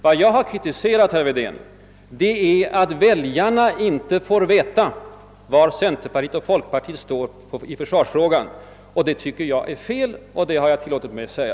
Vad jag kritiserat herr Wedén för är att väljarna inte får veta var centerpartiet och folkpartiet står i försvarsfrågan. Det tycker jag är felaktigt, och det har jag tillåtit mig säga.